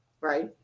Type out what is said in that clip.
right